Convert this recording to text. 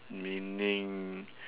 meaning